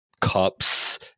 cups